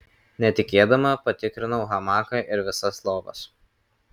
netikėdama patikrinau hamaką ir visas lovas